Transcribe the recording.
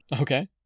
Okay